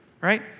Right